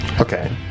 Okay